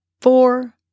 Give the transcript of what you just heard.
four